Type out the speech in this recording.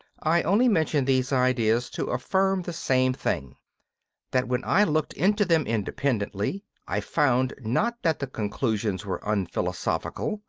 i only mention these ideas to affirm the same thing that when i looked into them independently i found, not that the conclusions were unphilosophical,